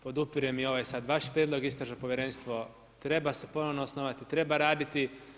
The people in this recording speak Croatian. Podupirem i ovaj sad vaš prijedlog, istražno povjerenstvo treba se ponovno osnovati, treba raditi.